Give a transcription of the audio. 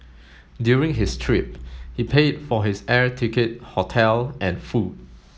during his trip he paid for his air ticket hotel and food